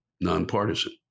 nonpartisan